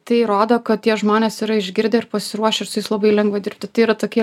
tai rodo kad tie žmonės yra išgirdę ir pasiruošę ir su jais labai lengva dirbti tai yra tokie